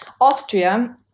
Austria